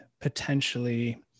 potentially